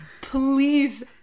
please